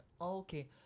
okay